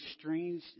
strange